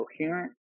coherent